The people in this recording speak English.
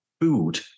food